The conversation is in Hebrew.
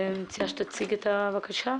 חבר הכנסת